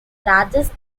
largest